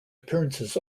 appearances